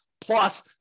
plus